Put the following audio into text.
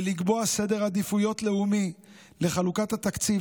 ולקבוע סדר עדיפויות לאומי לחלוקת התקציב